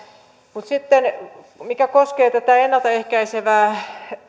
mutta sitten mikä koskee tätä ennalta ehkäisevää